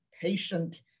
patient